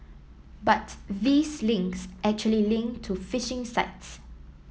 but these links actually link to phishing sites